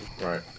Right